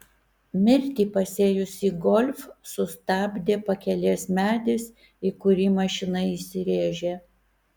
mirtį pasėjusį golf sustabdė pakelės medis į kurį mašina įsirėžė